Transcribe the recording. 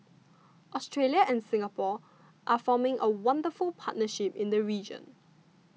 Australia and Singapore are forming a wonderful partnership in the region